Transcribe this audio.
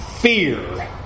fear